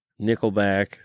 Nickelback